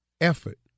effort